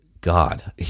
God